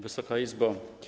Wysoka Izbo!